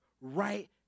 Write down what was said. right